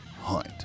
Hunt